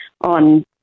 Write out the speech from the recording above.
on